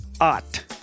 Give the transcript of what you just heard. Ott